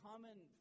Common